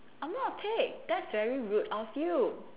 I'm not a pig that's very rude of you